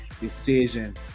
decision